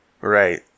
Right